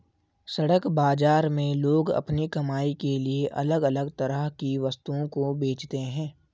सड़क बाजार में लोग अपनी कमाई के लिए अलग अलग तरह की वस्तुओं को बेचते है